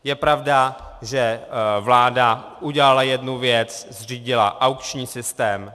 Je pravda, že vláda udělala jednu věc, zřídila aukční systém.